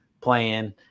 playing